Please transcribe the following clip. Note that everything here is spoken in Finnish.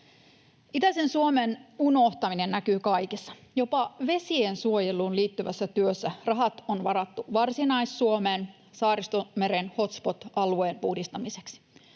Itäisen Suomen unohtaminen näkyy kaikessa, jopa vesien suojeluun liittyvässä työssä — rahat on varattu Varsinais-Suomeen Saaristomeren hotspot-alueen puhdistamiseksi.